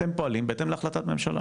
אתם פועלים בהתאם להחלטת ממשלה